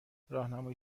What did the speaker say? راهنمای